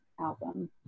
album